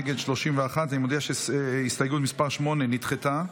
נגד 31. אני מודיע שהסתייגות מס' 8 נדחתה.